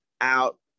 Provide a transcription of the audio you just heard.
out